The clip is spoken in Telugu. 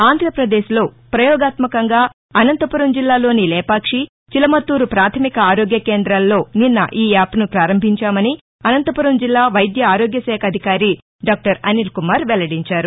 ఆంధ్రపదేశ్లో ప్రయోగాత్మకంగా అనంతపురం జిల్లాలోని లేపాక్షి చిలమతూరు ప్రాథమిక ఆరోగ్యకేందాల్లో ఈయాప్ను ప్రారంభించామని అనంతపురం జిల్లా వైద్య ఆరోగ్యశాఖ అధికారి డాక్టర్ అనిల్కుమార్ వెల్లడించారు